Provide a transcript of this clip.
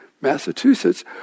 Massachusetts